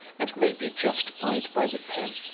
and may be justified by the pen.